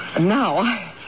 Now